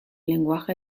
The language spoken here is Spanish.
lenguaje